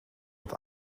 het